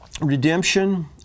redemption